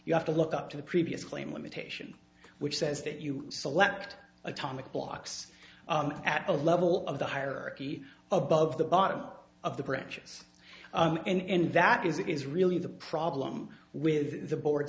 you have to look up to the previous claim limitation which says that you select atomic clocks at the level of the hierarchy above the bottom of the branches and that is that is really the problem with the board